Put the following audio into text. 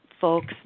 folks